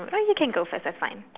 alright you can go first I fine